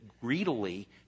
greedily